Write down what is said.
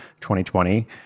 2020